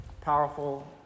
powerful